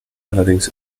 allerdings